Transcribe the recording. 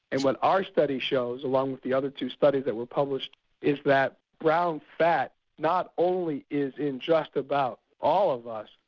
and what our study shows along with the other two studies that were published is that brown fat not only is in just about all of us,